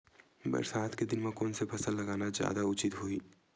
बरसात के दिन म कोन से फसल लगाना जादा उचित होही?